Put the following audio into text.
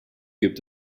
gibt